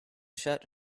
shut